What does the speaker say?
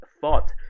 thought